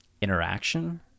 interaction